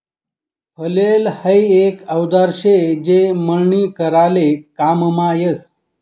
flail हाई एक औजार शे जे मळणी कराले काममा यस